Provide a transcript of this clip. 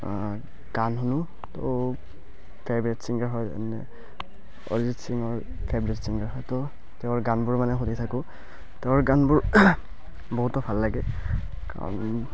গান শুনো তো ফেভৰেট ছিংগাৰ হয় যেনে অৰিজিত সিংঙৰ ফেভৰেট ছিংগাৰ হয় তো তেওঁৰ গানবোৰ মানে শুনি থাকোঁ তেওঁৰ গানবোৰ বহুতো ভাল লাগে কাৰণ